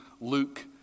Luke